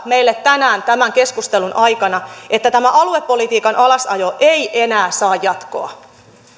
meille tänään tämän keskustelun aikana että tämä aluepolitiikan alasajo ei enää saa jatkoa